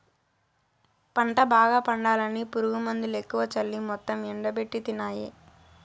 పంట బాగా పండాలని పురుగుమందులెక్కువ చల్లి మొత్తం ఎండబెట్టితినాయే